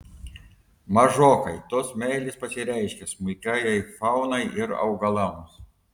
mažokai tos meilės pasireiškia smulkiajai faunai ir augalams